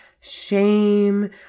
shame